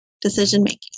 decision-making